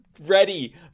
ready